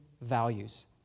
values